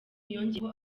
yongeyeho